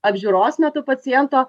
apžiūros metu paciento